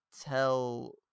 tell